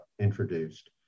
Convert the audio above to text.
introduced